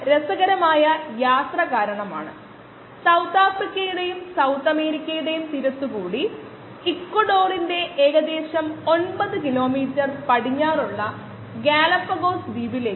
നേരത്തെ വാഗ്ദാനം ചെയ്തതുപോലെ അടുത്ത പ്രഭാഷണത്തിന്റെ തുടക്കത്തിൽ നൽകിയിട്ടുള്ള പ്രോബ്ലംസ് ഞാൻ പരിഹരിക്കും